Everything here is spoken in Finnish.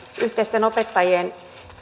yhteisten opettajien